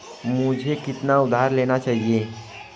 मुझे कितना उधार लेना चाहिए?